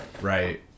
Right